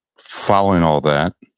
following all that,